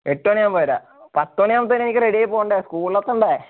എട്ട് മണിയാവുമ്പോൾ വരാം പത്തുമണിയാവുമ്പോഴേക്കും എനിക്ക് റെഡിയായി പോകേണ്ടതാണ് സ്കൂളിലെത്തണ്ടേ